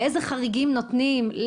לאילו חריגים נותנים.